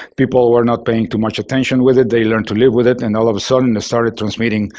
people were not paying too much attention with it, they learned to live with it. and all of a sudden, they started transmitting